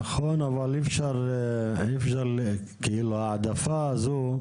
נכון, אבל ההעדפה הזו,